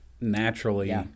naturally